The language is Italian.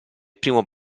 primo